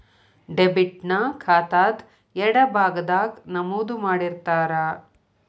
debit ನ ಖಾತಾದ್ ಎಡಭಾಗದಾಗ್ ನಮೂದು ಮಾಡಿರ್ತಾರ